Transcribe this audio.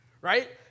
Right